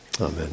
Amen